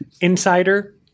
Insider